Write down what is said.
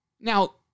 now